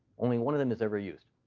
only one of them is ever used.